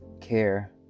care